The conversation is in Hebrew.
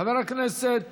חבר הכנסת